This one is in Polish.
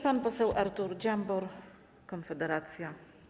Pan poseł Artur Dziambor, Konfederacja.